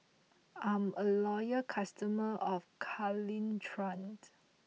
I'm a loyal customer of Caltrate